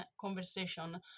conversation